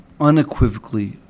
unequivocally